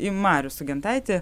į marių sugintaitį